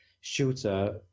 shooter